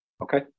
okay